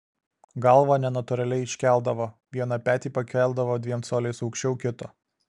galvą nenatūraliai iškeldavo vieną petį pakeldavo dviem coliais aukščiau kito